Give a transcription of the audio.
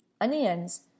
onions